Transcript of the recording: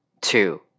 Two